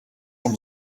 from